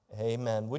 amen